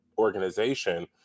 organization